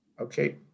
Okay